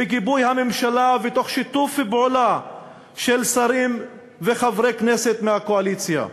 בגיבוי הממשלה ובשיתוף פעולה של שרים וחברי כנסת מהקואליציה.